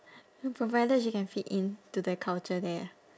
provided she can fit in to the culture there ah